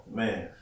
man